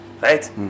Right